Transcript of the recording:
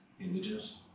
Indigenous